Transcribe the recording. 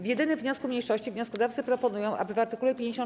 W jedynym wniosku mniejszości wnioskodawcy proponują, aby w art. 53a